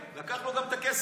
לקח לו גם את הכסף,